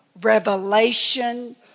revelation